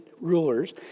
rulers